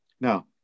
Now